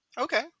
Okay